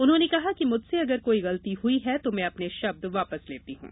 उन्होंने कहा कि मुझसे अगर कोई गलती हुई है तो मैं अपने शब्द वापस लेती हूं